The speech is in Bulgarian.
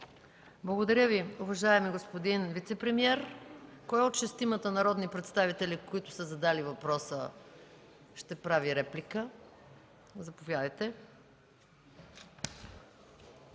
Благодаря Ви, уважаеми господин вицепремиер. Кой от шестимата народни представители, които са задали въпроса, ще прави реплика? Заповядайте.